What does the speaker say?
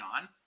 on